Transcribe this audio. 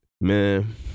Man